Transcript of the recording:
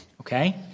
Okay